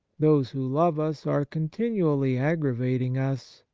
those who love us are continually aggravating us,